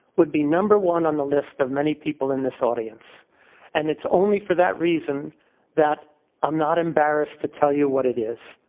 would be number one on the list of many people in this audience and it's only for that reason that i'm not embarrassed to tell you what it is.